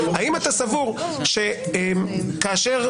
שכאשר,